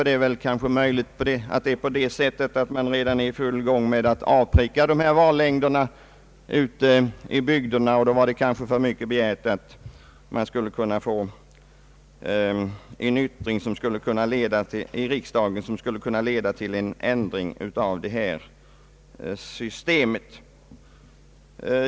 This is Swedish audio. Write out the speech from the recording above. Det är möjligt att man redan är i full gång med att avpricka vallängderna ute i bygderna, och då är det kanske för mycket begärt att söka få en meningsyttring i riksdagen som skulle kunna leda till en ändring av detta system.